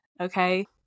okay